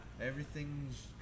everything's